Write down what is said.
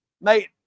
mate